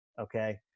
Okay